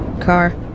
car